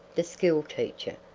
the school-teacher,